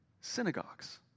synagogues